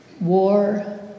war